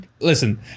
Listen